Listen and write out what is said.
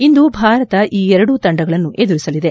ಇಂದು ಭಾರತ ಈ ಎರಡೂ ತಂಡಗಳನ್ನು ಎದುರಿಸಲಿದೆ